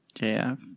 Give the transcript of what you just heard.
JF